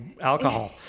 alcohol